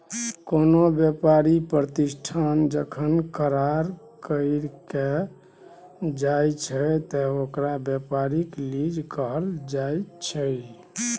कोनो व्यापारी प्रतिष्ठान जखन करार कइर के देल जाइ छइ त ओकरा व्यापारिक लीज कहल जाइ छइ